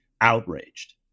outraged